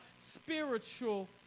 spiritual